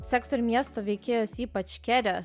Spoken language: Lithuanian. sekso ir miesto veikėjas ypač kere